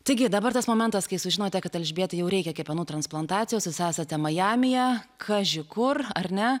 taigi dabar tas momentas kai sužinote kad elžbietai jau reikia kepenų transplantacijos jūs esate majamyje kaži kur ar ne